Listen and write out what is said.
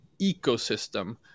Ecosystem